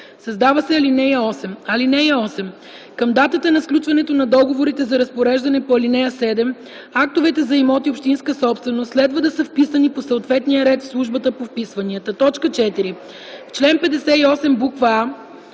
създава се ал. 8: „(8) Към датата на сключването на договорите за разпореждане по ал. 7, актовете за имоти – общинска собственост, следва да са вписани по съответния ред в службата по вписванията.” 4. В чл. 58: а) в ал.